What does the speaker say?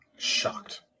shocked